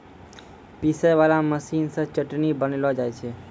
पीसै वाला मशीन से चटनी बनैलो जाय छै